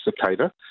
cicada